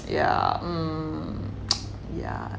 yeah mm yeah